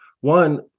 One